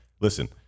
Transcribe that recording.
listen